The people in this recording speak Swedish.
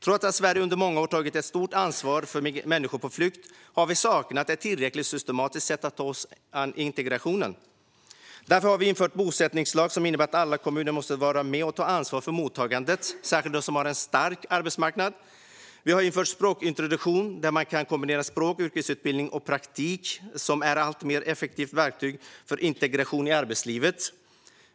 Trots att Sverige under många år tagit ett stort ansvar för människor på flykt har vi saknat ett tillräckligt systematiskt sätt att ta oss an integrationen. Därför har vi infört en bosättningslag som innebär att alla kommuner måste vara med och ta ansvar för mottagandet, särskilt de som har en stark arbetsmarknad. Vi har infört språkintroduktionen, där man kan kombinera språk, yrkesutbildning och praktik, som ett alltmer effektivt verktyg för integration i arbetslivet.